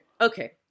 Okay